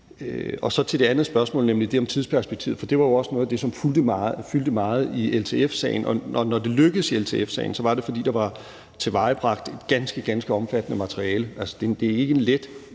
Så til det andet spørgsmål, nemlig det om tidsperspektivet, for det var jo også noget af det, der fyldte meget i LTF-sagen, og når det lykkedes i LTF-sagen, var det, fordi der var tilvejebragt et ganske, ganske omfattende materiale. Altså, det er ikke en let